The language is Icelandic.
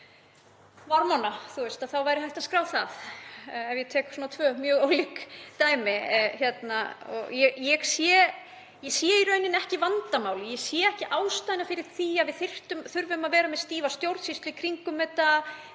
og Varmá væri hægt að skrá það, ef ég tek tvö mjög ólík dæmi. Ég sé í rauninni ekki vandamálið og sé ekki ástæðu fyrir því að við þurfum að vera með stífa stjórnsýslu í kringum það